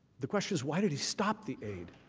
the question is why did he stop the egg?